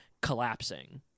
collapsing